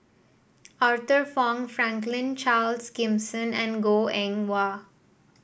Arthur Fong Franklin Charles Gimson and Goh Eng Wah